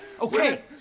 okay